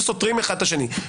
שניהם סותרים אחד את השני.